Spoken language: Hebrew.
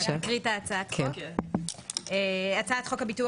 אני אקרא את הצעת החוק: הצעת חוק הביטוח